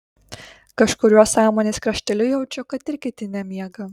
kažkuriuo sąmonės krašteliu jaučiu kad ir kiti nemiega